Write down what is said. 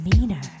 meaner